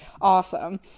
awesome